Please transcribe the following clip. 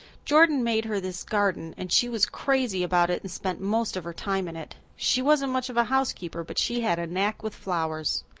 jordan made her this garden and she was crazy about it and spent most of her time in it. she wasn't much of a housekeeper but she had a knack with flowers.